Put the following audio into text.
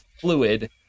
fluid